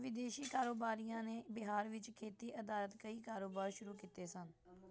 ਵਿਦੇਸ਼ੀ ਕਾਰੋਬਾਰੀਆਂ ਨੇ ਬਿਹਾਰ ਵਿੱਚ ਖੇਤੀ ਅਧਾਰਿਤ ਕਈ ਕਾਰੋਬਾਰ ਸ਼ੁਰੂ ਕੀਤੇ ਸਨ